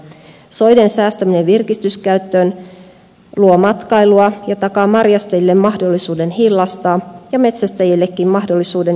soiden säästäminen virkistyskäyttöön luo matkailua ja takaa marjastajille mahdollisuuden hillastaa ja metsästäjillekin mahdollisuuden jatkaa harrastustaan